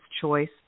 choice